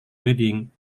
wedding